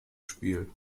spiel